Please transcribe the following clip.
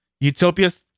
Utopias